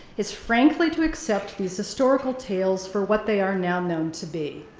is frankly to accept these historical tales for what they are now known to be,